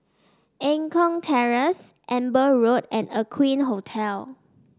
Eng Kong Terrace Amber Road and Aqueen Hotel